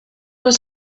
was